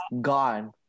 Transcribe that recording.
gone